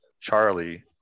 Charlie